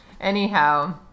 Anyhow